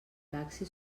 taxi